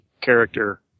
character